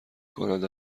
کند